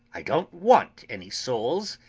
i don't want any souls!